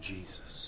Jesus